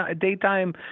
daytime